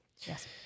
Yes